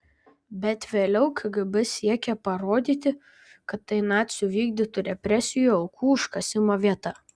bet vėliau kgb siekė parodyti kad tai nacių vykdytų represijų aukų užkasimo vieta